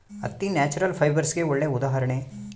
ಹತ್ತಿ ನ್ಯಾಚುರಲ್ ಫೈಬರ್ಸ್ಗೆಗೆ ಒಳ್ಳೆ ಉದಾಹರಣೆ